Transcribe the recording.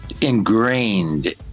ingrained